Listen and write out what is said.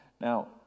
Now